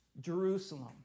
Jerusalem